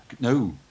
No